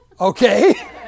okay